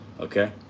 Okay